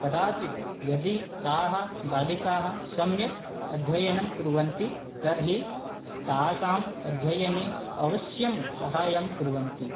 कदाचित् यदि ताः बालिकाः सम्यक् अध्ययनं कुर्वन्ति तर्हि तासाम् अध्ययने अवश्यं साहाय्यं कुर्वन्ति